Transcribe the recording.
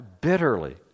bitterly